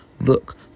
look